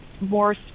more